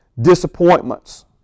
Disappointments